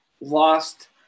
lost